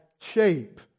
shape